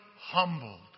humbled